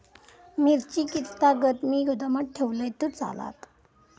मिरची कीततागत मी गोदामात ठेवलंय तर चालात?